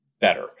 better